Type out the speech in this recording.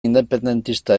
independentista